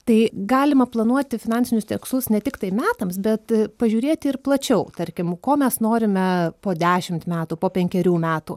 tai galima planuoti finansinius tikslus ne tiktai metams bet pažiūrėti ir plačiau tarkim ko mes norime po dešimt metų po penkerių metų